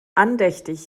andächtig